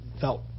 felt